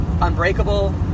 Unbreakable